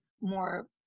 more